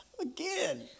again